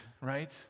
Right